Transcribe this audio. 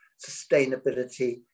sustainability